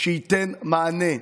שייתן מענה.